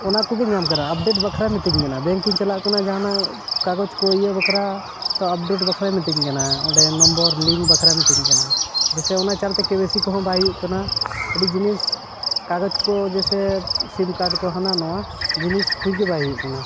ᱚᱱᱟ ᱠᱚᱜᱮ ᱧᱟᱢ ᱠᱟᱱᱟ ᱟᱯᱰᱮᱴ ᱵᱟᱠᱷᱨᱟ ᱢᱤᱛᱤᱧ ᱠᱟᱱᱟ ᱵᱮᱝᱠᱤᱧ ᱪᱟᱞᱟᱜ ᱠᱟᱱᱟ ᱡᱟᱦᱟᱱᱟᱜ ᱠᱟᱜᱚᱡᱽ ᱠᱚ ᱤᱭᱟᱹ ᱵᱟᱠᱷᱨᱟ ᱛᱚ ᱟᱯᱰᱮᱴ ᱵᱟᱠᱠᱷᱨᱟ ᱢᱤᱛᱟᱹᱧ ᱠᱟᱱᱟ ᱚᱸᱰᱮ ᱱᱚᱢᱵᱚᱨ ᱞᱤᱝᱠ ᱵᱟᱠᱷᱨᱟ ᱢᱤᱛᱟᱹᱧ ᱠᱟᱱᱟ ᱡᱮᱭᱥᱮ ᱚᱱᱟ ᱪᱟᱨ ᱛᱮ ᱠᱮ ᱚᱣᱟᱭ ᱥᱤ ᱠᱚᱦᱚᱸ ᱵᱟᱭ ᱦᱩᱭᱩᱜ ᱠᱟᱱᱟ ᱟᱹᱰᱤ ᱡᱤᱱᱤᱥ ᱠᱟᱜᱚᱡᱽ ᱠᱚ ᱡᱮᱭᱥᱮ ᱥᱤᱢ ᱠᱟᱨᱰ ᱠᱚ ᱦᱟᱱᱟ ᱱᱷᱟᱣᱟ ᱡᱤᱱᱤᱥ ᱦᱩᱭ ᱜᱮ ᱵᱟᱭ ᱦᱩᱭᱩᱜ ᱠᱟᱱᱟ